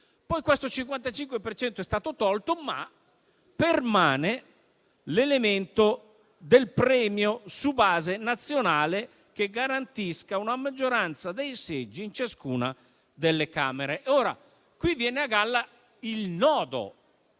per cento è stato poi tolto, ma permane l'elemento del premio su base nazionale che garantisca una maggioranza dei seggi in ciascuna delle Camere. E qui viene a galla il nodo;